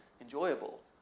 enjoyable